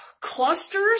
clusters